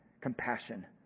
compassion